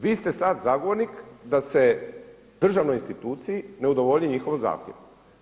Vi ste sada zagovornik da se državnoj instituciji ne udovolji njihovom zahtjevu.